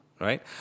right